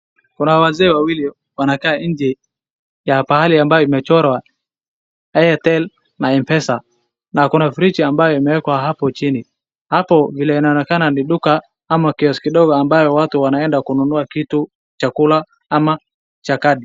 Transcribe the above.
Kuna wazee wawili wanakaa nje ya pahali ambayo imechorwa airtel na mpesa na kuna fridge ambayo imewekwa hapo chini. Hapo vile inaonekana ni duka ama kioski kidogo ambayo watu wanaenda kununua kitu, chakula ama chakari.